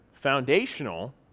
foundational